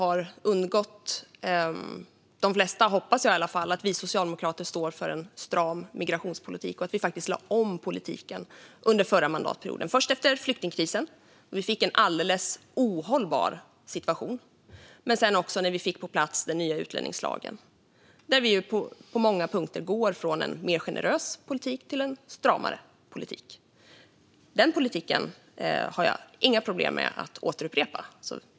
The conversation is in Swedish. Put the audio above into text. Jag hoppas att de flesta vet att Socialdemokraterna står för en stram migrationspolitik och att vi lade om politiken under vår regeringstid, dels efter flyktingkrisen, då situationen i Sverige blev ohållbar, dels när vi fick den nya utlänningslagen på plats, där vi på många punkter gick från en mer generös politik till en stramare. Denna politik har jag inga problem att upprepa.